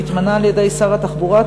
מתמנה על-ידי שר התחבורה,